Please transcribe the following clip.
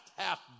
half